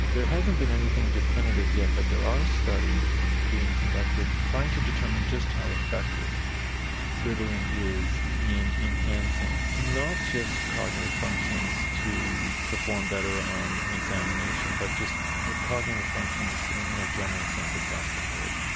there hasn't been anything definitive yet, but there are studies being conducted trying to determine just how effective ritalin is in enhancing, not just cognitive functions to perform better on an examination but just but cognitive functions in a general sense across the board.